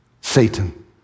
Satan